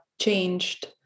changed